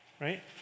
right